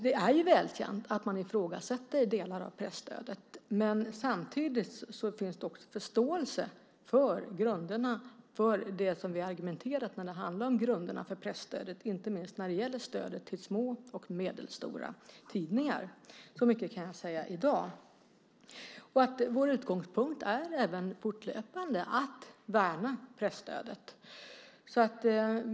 Det är välkänt att man ifrågasätter delar av presstödet. Men samtidigt finns det också en förståelse för motiven för våra argument när det handlar om grunderna för presstödet, inte minst när det gäller stödet till små och medelstora tidningar. Så mycket kan jag i dag säga. Vår utgångspunkt är även fortlöpande att värna presstödet.